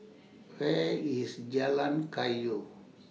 Where IS Jalan Kayu